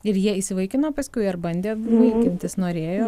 ir jie įsivaikino paskui ar bandė vaikintis norėjo